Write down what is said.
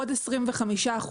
עוד 25%,